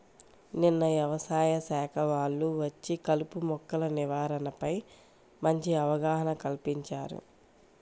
నిన్న యవసాయ శాఖ వాళ్ళు వచ్చి కలుపు మొక్కల నివారణపై మంచి అవగాహన కల్పించారు